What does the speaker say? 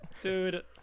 dude